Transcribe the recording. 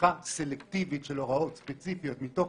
לקיחה סלקטיבית של הוראות ספציפיות מתוך